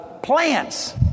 Plants